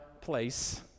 place